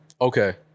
Okay